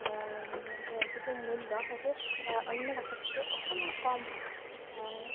যিটো মূল্য সেইটো অন্য বাছতকৈ অকমান কম হয়